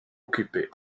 occupés